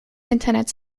internet